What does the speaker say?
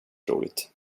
roligt